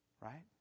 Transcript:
Right